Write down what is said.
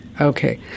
Okay